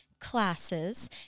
classes